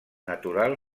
natural